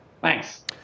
Thanks